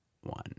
one